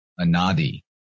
Anadi